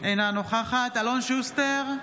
אינה נוכחת אלון שוסטר,